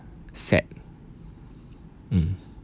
sad mm